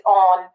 on